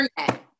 internet